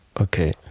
okay